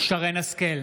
שרן מרים השכל,